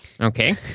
Okay